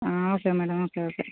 okay madam okay okay